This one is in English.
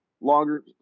longer